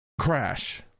crash